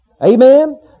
Amen